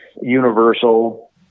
universal